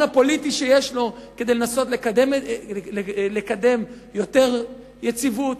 הפוליטי שיש לו כדי לנסות לקדם יותר יציבות,